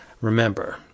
Remember